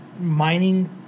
mining